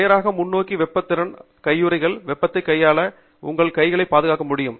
நேராக முன்னோக்கி வெப்ப திறன் கையுறைகள் வெப்பத்தை கையாள மற்றும் வெப்பதிலிருந்து உங்கள் கைகளை பாதுகாக்க முடியும்